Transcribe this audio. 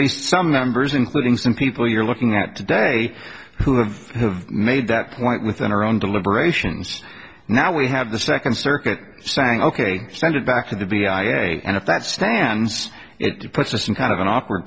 least some members including some people you're looking at today who have made that point within our own deliberations now we have the second circuit saying ok send it back to the b i a and if that stands it to put us in kind of an awkward